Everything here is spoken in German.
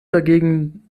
dagegen